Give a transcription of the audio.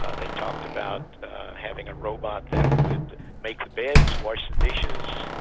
ah they talked about having a robot that would make the beds, wash the dishes,